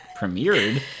premiered